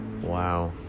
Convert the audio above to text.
Wow